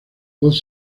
voz